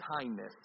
kindness